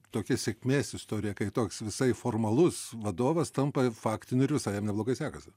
tokia sėkmės istorija kai toks visai formalus vadovas tampa faktiniu ir visai jam neblogai sekasi